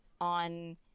on